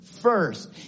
first